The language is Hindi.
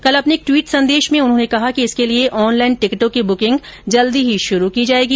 कल अपने एक ट्वीट संदेश में उन्होंने कहा कि इसके लिए ऑनलाईन टिकिटों की बुकिंग जल्दी ही शुरू की जाएगी